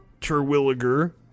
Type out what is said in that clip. Terwilliger